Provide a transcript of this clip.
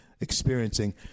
experiencing